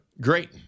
Great